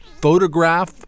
photograph